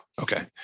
Okay